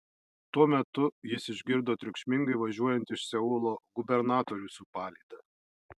tuo metu jis išgirdo triukšmingai važiuojant iš seulo gubernatorių su palyda